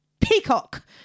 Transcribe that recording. peacock